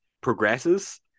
progresses